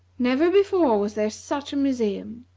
never before was there such a museum.